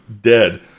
dead